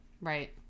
right